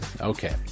Okay